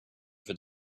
that